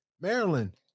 Maryland